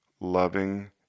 loving